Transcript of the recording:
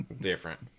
different